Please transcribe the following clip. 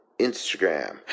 Instagram